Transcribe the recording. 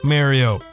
Mario